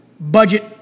budget